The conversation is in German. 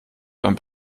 beim